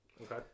Okay